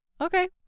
Okay